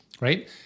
right